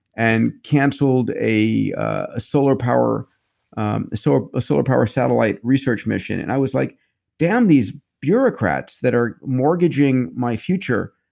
and canceled a ah solar power um sort of solar power satellite research mission. and i was like damn these bureaucrats that are mortgaging my future.